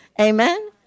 Amen